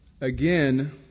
Again